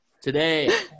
Today